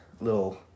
little